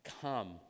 come